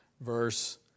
verse